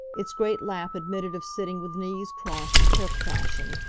its great lap admitted of sitting with knees crossed, turk-fashion.